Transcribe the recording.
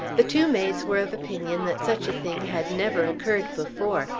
the two maids were of opinion that such a thing had never occurred before,